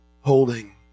holding